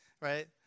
Right